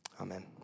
Amen